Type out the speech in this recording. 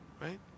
Right